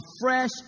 fresh